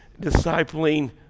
discipling